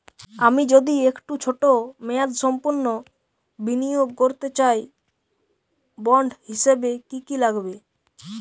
আমি যদি একটু ছোট মেয়াদসম্পন্ন বিনিয়োগ করতে চাই বন্ড হিসেবে কী কী লাগবে?